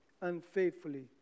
unfaithfully